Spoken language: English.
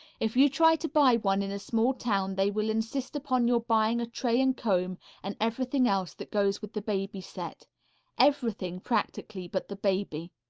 if you try to buy one in a small town they will insist upon your buying a tray and comb, and everything else that goes with the baby set everything, practically, but the baby.